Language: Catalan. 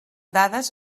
dades